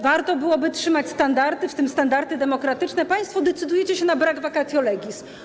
Warto byłoby trzymać standardy, w tym standardy demokratyczne, państwo decydujecie się na brak vacatio legis.